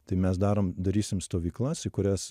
tai mes darom darysim stovyklas į kurias